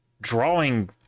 drawing